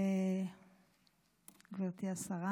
גברתי השרה,